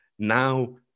now